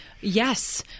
yes